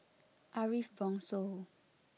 Ariff Bongso